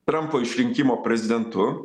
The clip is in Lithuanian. trampo išrinkimo prezidentu